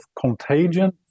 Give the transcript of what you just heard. contagion